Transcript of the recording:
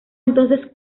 entonces